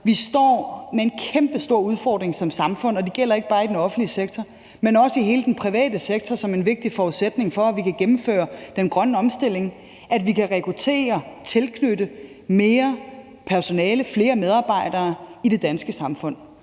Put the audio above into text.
Vi står med en kæmpestor udfordring som samfund, og det gælder ikke bare i den offentlige sektor, men også i hele den private sektor, som en vigtig forudsætning for, at vi kan gennemføre den grønne omstilling, og at vi kan rekruttere og tilknytte mere personale, flere medarbejdere, i det danske samfund.